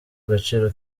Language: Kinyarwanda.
agaciro